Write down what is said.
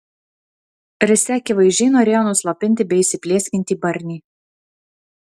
risia akivaizdžiai norėjo nuslopinti beįsiplieskiantį barnį